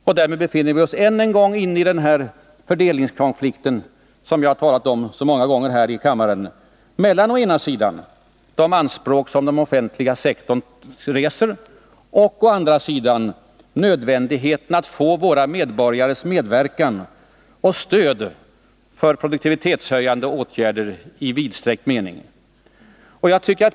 Och därmed befinner vi oss än en gång i den fördelningskonflikt som jag så många gånger talat om här i kammaren, mellan å ena sidan de anspråk som den offentliga sektorn reser och å den andra nödvändigheten att få våra medborgares medverkan till och stöd för produktivitetshöjande åtgärder i vidsträckt mening.